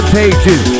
pages